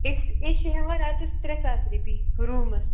أسۍ أسۍ چھِ ہیٚوان راتَس ترٛےٚ ساس رۄپیہِ روٗمَس